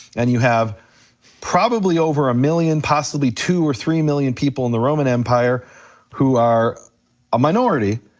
and you have probably over a million, possibly two or three million people in the roman empire who are a minority,